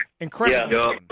Incredible